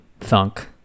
thunk